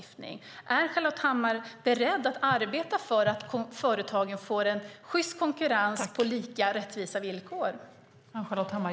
Är Ann-Charlotte Hammar Johnsson beredd att arbeta för att företagen får en sjyst konkurrens på lika och rättvisa villkor?